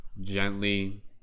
gently